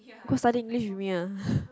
go study English with me ah